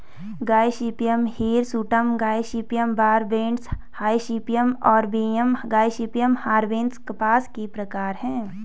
Gossypium hirsutum, gossypium barbadense, gossypium arboreum, gossypium herbaceum कपास के प्रकार है